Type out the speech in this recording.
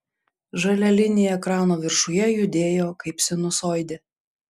žalia linija ekrano viršuje judėjo kaip sinusoidė